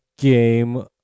game